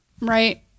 right